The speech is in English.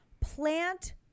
plant